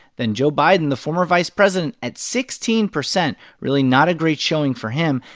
then joe biden, the former vice president, at sixteen percent really not a great showing for him.